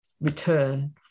return